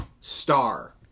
star